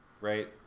right